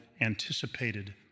anticipated